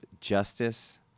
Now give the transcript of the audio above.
justice